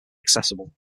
accessible